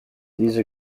these